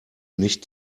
nicht